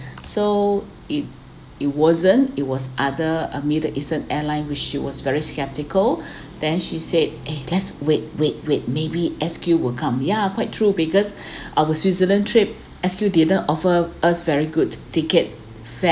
so it it wasn't it was other a middle eastern airlines which she was very skeptical then she said eh let's wait wait wait maybe S_Q will come ya quite true because our switzerland trip S_Q didn't offer us very good ticket fare